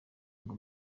ngo